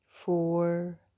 four